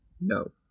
No